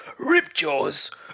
Ripjaws